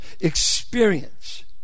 experience